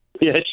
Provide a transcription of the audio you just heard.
Yes